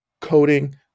coding